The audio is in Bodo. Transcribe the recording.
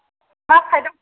मा साइदआव